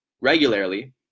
regularly